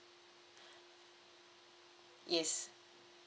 yes